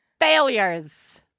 Failures